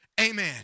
Amen